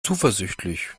zuversichtlich